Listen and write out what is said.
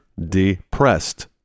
depressed